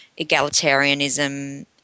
egalitarianism